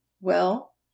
Well